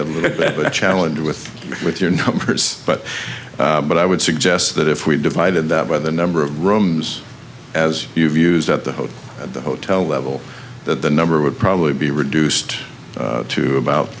a challenge with with your numbers but but i would suggest that if we divide that by the number of rooms as you've used at the hotel at the hotel level that the number would probably be reduced to about